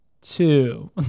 two